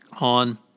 on